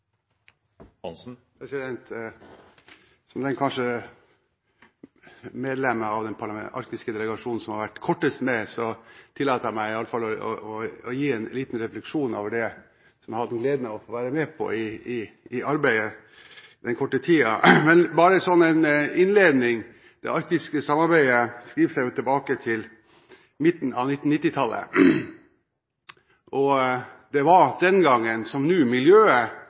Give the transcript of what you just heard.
Som det medlemmet av den arktiske delegasjonen som kanskje har vært med kortest tid, tillater jeg meg å komme med en liten refleksjon over det jeg har hatt gleden av å få være med på i arbeidet den korte tiden. Som en innledning: Det arktiske samarbeidet skriver seg tilbake til midten av 1990-tallet. Det var den gangen, som nå,